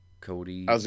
Cody